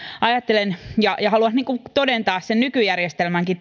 ajattelen niin ja haluan todentaa sen nykyjärjestelmänkin